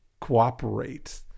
cooperate